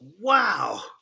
wow